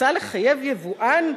"מוצע לחייב יבואן,